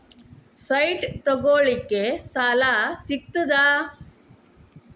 Site ತಗೋಳಿಕ್ಕೆ ಸಾಲಾ ಸಿಗ್ತದಾ?